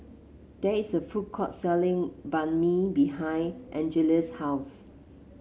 there is a food court selling Banh Mi behind Angeles' house